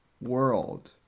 world